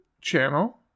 channel